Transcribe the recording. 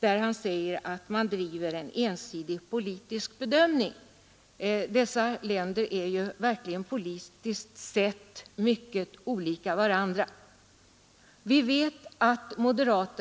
när han sade att man gör en ensidig politisk bedömning — de är ju verkligen politiskt sett mycket olika varandra dessa programländer.